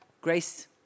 grace